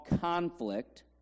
conflict